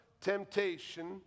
temptation